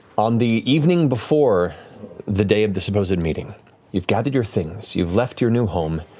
on the evening before the day of the supposed meeting you've gathered your things, you've left your new home,